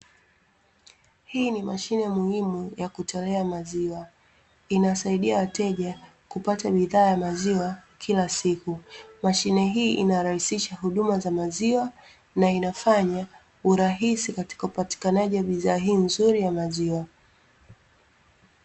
Hii ni mashine muhimu ya kutolea maziwa, inasaidia wateja kupata bidhaa ya maziwa kila siku, mashine hii inarahisisha huduma za maziwa na inafanya urahisi katika upatikanaji wa bidhaa hii nzuri ya maziwa.